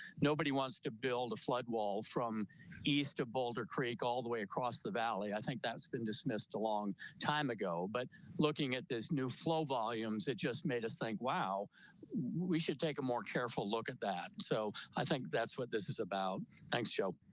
nobody wants to build a floodwall from east of boulder creek all the way across the valley. i think that's been dismissed, a long time ago, but looking at this new flow volumes. it just made us think, wow, curt we should take a more careful. look at that. so i think that's what this is about. thanks, joe.